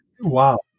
wow